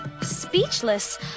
speechless